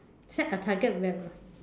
check a target when I